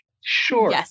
sure